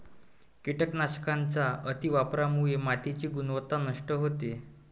कीटकनाशकांच्या अतिवापरामुळे मातीची गुणवत्ता नष्ट होते